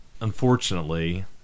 unfortunately